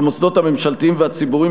במוסדות הממשלתיים והציבוריים,